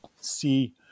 see